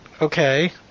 Okay